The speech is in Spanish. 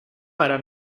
para